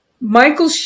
Michael